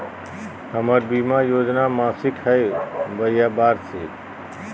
हमर बीमा योजना मासिक हई बोया वार्षिक?